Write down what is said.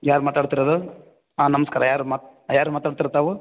ಯಾರು ಮಾತಾಡ್ತಿರೋದು ಹಾಂ ನಮಸ್ಕಾರ ಯಾರು ಮಾತು ಯಾರು ಮಾತಾಡ್ತಿರದು ತಾವು